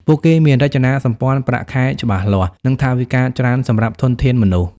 ពួកគេមានរចនាសម្ព័ន្ធប្រាក់ខែច្បាស់លាស់ និងថវិកាច្រើនសម្រាប់ធនធានមនុស្ស។